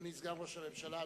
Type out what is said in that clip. אדוני סגן ראש הממשלה,